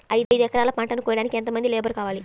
ఐదు ఎకరాల పంటను కోయడానికి యెంత మంది లేబరు కావాలి?